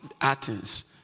Athens